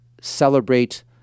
celebrate